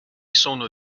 sono